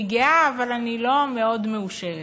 אני גאה, אבל אני לא מאוד מאושרת.